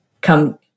come